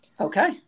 Okay